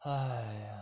!hais!